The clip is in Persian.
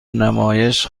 نمایش